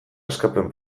askapen